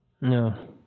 No